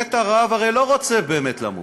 שובת הרעב הרי לא רוצה באמת למות.